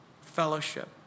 fellowship